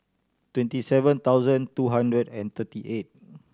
twenty seven thousand two hundred and thirty eight